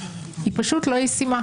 היא פשוט לא ישימה.